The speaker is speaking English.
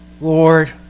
Lord